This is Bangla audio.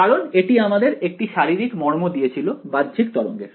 কারণ এটি আমাদের একটি শারীরিক মর্ম দিয়েছিল বাহ্যিক তরঙ্গের